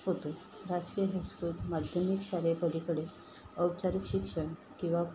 होतो राजकीय हायस्कूल माध्यमिक शाळेपलीकडे औपचारिक शिक्षण किंवा